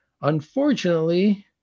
Unfortunately